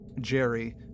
Jerry